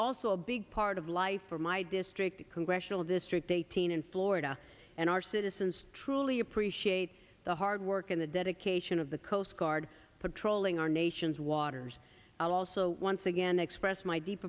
also a big part of life for my district congressional district eighteen in florida and our citizens truly appreciate the hard work in the dedication of the coast guard patrolling our nation's waters also once again express my deep